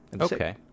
Okay